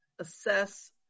assess